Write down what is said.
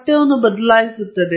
ಯಾವ ರೀತಿಯ ಯಂತ್ರಾಂಶವನ್ನು ಬಳಸಲಾಯಿತು